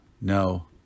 no